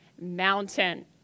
mountain